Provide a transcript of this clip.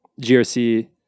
GRC